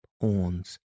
horns